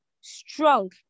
strong